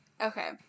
Okay